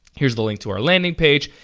here's the link to our landing page.